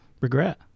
regret